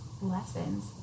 lessons